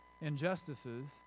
injustices